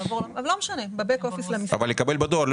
אבל יקבל בדואר.